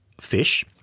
fish